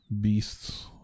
beasts